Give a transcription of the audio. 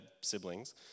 siblings